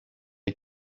iyo